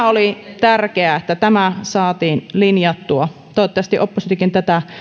oli tärkeää että tämä saatiin linjattua toivottavasti oppositiokin